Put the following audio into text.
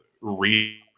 read